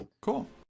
Cool